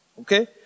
Okay